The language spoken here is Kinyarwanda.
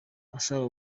ushaka